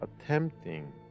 attempting